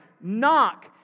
Knock